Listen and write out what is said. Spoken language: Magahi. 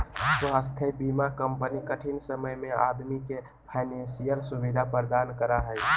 स्वास्थ्य बीमा कंपनी कठिन समय में आदमी के फाइनेंशियल सुविधा प्रदान करा हइ